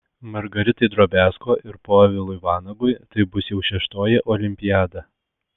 margaritai drobiazko ir povilui vanagui tai bus jau šeštoji olimpiada